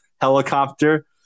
helicopter